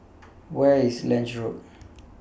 Where IS Lange Road